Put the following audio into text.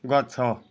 ଗଛ